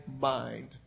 mind